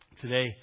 today